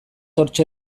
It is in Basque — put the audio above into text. hortxe